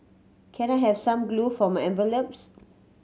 can I have some glue for my envelopes